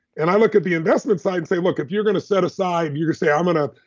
and i look at the investment side and say, look, if you're going to set aside, and you could say i'm and